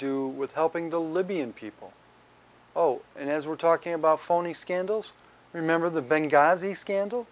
do with helping the libyan people oh and as we're talking about phony scandals remember the